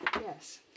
Yes